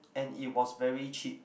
and it was very cheap